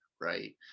Right